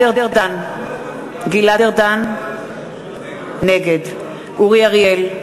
גלעד ארדן, נגד אורי אריאל,